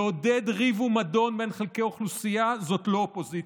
לעודד ריב ומדון בין חלקי אוכלוסייה זאת לא אופוזיציה.